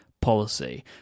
policy